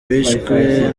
bishwe